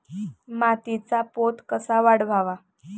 मातीचा पोत कसा वाढवावा?